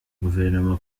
guverinoma